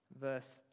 verse